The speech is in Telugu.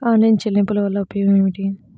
ఆన్లైన్ చెల్లింపుల వల్ల ఉపయోగమేమిటీ?